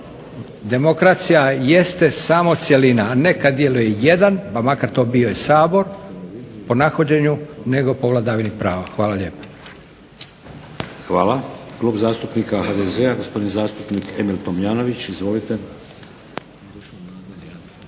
demokracija jeste samo cjelina, a ne kada djeluje jedan pa makar to bio i Sabor po nahođenju nego po vladavini prava. Hvala lijepo. **Šeks, Vladimir (HDZ)** Hvala. Klub zastupnika HDZ-a gospodin zastupnik Emil Tomljanović. Izvolite.